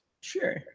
Sure